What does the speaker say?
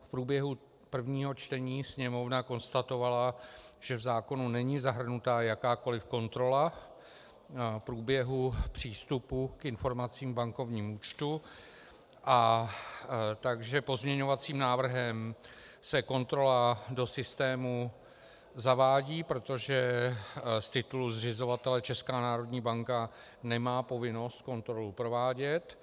V průběhu prvního čtení Sněmovna konstatovala, že v zákonu není zahrnuta jakákoli kontrola průběhu přístupu k informacím bankovním účtům, takže pozměňovacím návrhem se kontrola do systému zavádí, protože z titulu zřizovatele Česká národní banka nemá povinnost kontrolu provádět.